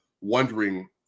wondering